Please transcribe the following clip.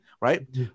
Right